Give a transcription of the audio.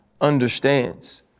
understands